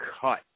cut